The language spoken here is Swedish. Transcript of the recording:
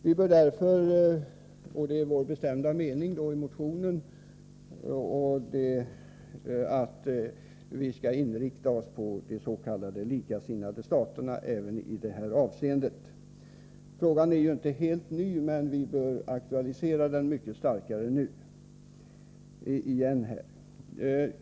Vi framhåller i motionen som vår bestämda mening att vårt land i det här avseendet skall inrikta sig på de s.k. likasinnade staterna. Frågan är inte helt ny, men vi bör nu återigen aktualisera den, mycket starkare än som skett.